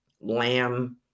lamb